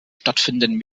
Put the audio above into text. stattfindenden